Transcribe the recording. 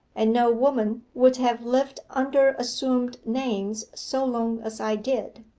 and no woman would have lived under assumed names so long as i did.